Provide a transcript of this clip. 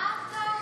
מה אתה אומר?